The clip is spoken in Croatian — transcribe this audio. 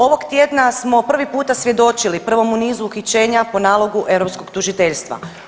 Ovog tjedna smo prvi puta svjedočili prvom u nizu uhićenja po nalogu Europskog tužiteljstva.